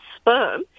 sperm